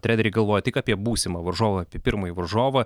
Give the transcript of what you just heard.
treneriai galvoja tik apie būsimą varžovą apie pirmąjį varžovą